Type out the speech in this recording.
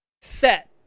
set